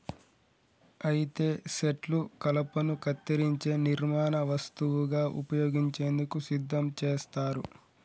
అయితే సెట్లు కలపను కత్తిరించే నిర్మాణ వస్తువుగా ఉపయోగించేందుకు సిద్ధం చేస్తారు